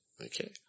Okay